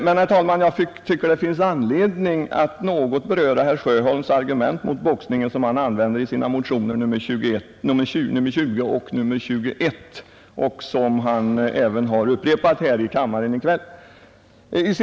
Men, herr talman, jag tycker att det finns anledning att något beröra herr Sjöholms argument mot boxningen som han använder i motionerna 20 och 21 och som han även upprepat här i kammaren i kväll.